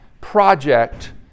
project